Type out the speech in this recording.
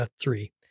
three